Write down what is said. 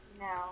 No